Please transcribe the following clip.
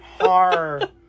horror